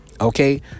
Okay